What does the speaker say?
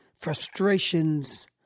frustrations